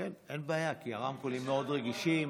אין בעיה, כי הרמקולים מאוד רגישים.